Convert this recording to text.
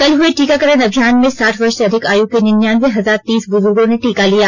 कल हुए टीकाकरण अभियान में साठ वर्ष से अधिक आयु के नियांनावें हजार तीस बुजूर्गों ने टीका लिया